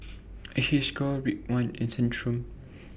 Hiruscar Ridwind and Centrum